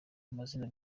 amazina